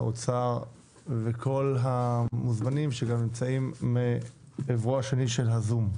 האוצר וכל המוזמנים שגם נמצאים מעברו השני של הזום.